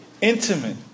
intimate